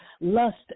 lust